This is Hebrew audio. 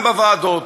גם בוועדות,